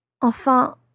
Enfin